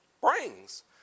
brings